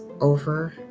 over